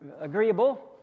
agreeable